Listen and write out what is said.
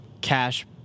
cash –